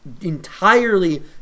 entirely